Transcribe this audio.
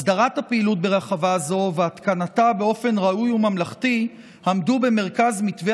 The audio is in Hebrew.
הסדרת הפעילות ברחבה זו והתקנתה באופן ראוי וממלכתי עמדו במרכז מתווה